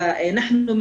ואנו,